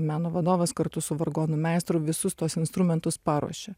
meno vadovas kartu su vargonų meistru visus tuos instrumentus paruošė